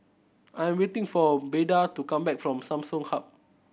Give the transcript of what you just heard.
I'm waiting for Beda to come back from Samsung Hub